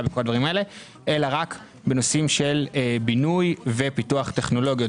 וכו' אלא רק בנושאים של בינוי ופיתוח טכנולוגי.